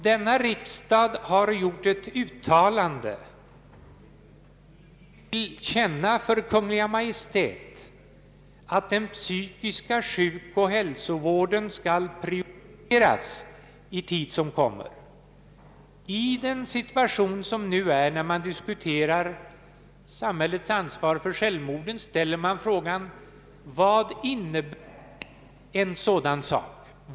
Denna riksdag har fattat beslut som innebär en prioritering av bl.a. den psykiatriska sjukoch hälsovården. När man diskuterar samhällets ansvar för sjukvården, ställer man i dagens situation frågan: Vad innebär en sådan sak?